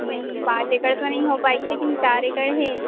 नई पाँच एकड़ तो नई हो पाएगी लेकिन चार एकड़ हे